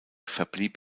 verblieb